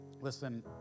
Listen